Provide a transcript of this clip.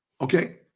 Okay